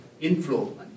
inflow